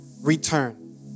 return